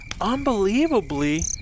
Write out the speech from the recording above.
unbelievably